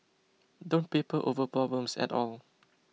don't paper over problems at all